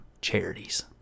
charities